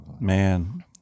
Man